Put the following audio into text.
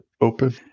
open